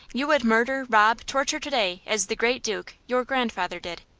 you would murder, rob, torture to-day as the great duke, your grandfather, did.